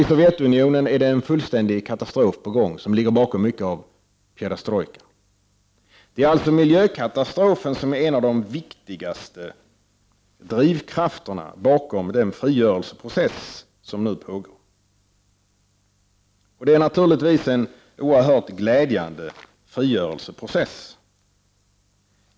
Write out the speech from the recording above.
I Sovjetunionen är en fullständig katastrof i gång. Den ligger bakom mycket av perestrojkan. Miljökatastrofen är alltså en av de viktigaste drivkrafterna bakom den frigörelseprocess som nu pågår. Naturligtvis är det en oerhört glädjande frigörelseprocess.